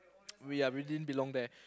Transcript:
we ya we didn't belong there